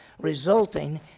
resulting